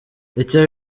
icyo